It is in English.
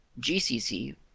GCC